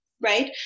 right